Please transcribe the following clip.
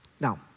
Now